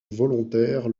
volontaire